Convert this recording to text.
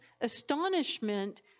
astonishment